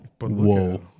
whoa